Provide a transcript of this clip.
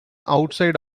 outside